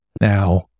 Now